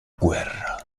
guerra